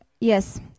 Yes